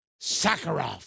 Sakharov